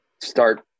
start